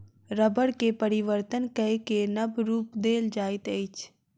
रबड़ के परिवर्तन कय के नब रूप देल जाइत अछि